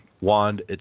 wand